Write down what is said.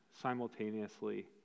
simultaneously